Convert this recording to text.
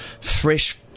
fresh